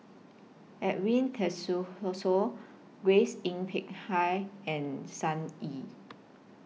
Edwin Tessensohn Grace Yin Peck Ha and Sun Yee